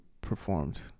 performed